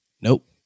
Nope